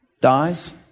dies